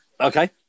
okay